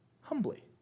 humbly